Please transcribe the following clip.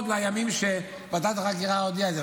לימים שוועדת החקירה הודיעה את זה.